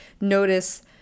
notice